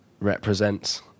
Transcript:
represents